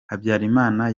habyarimana